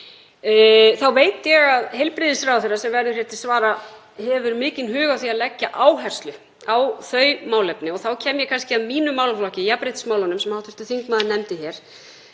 veit ég að heilbrigðisráðherra, sem verður hér til svara, hefur mikinn hug á því að leggja áherslu á þau málefni. Þá kem ég kannski að mínum málaflokki, jafnréttismálunum, sem hv. þingmaður nefndi.